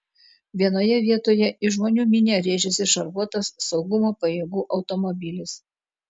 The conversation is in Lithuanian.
vienoje vietoje į žmonių minią rėžėsi šarvuotas saugumo pajėgų automobilis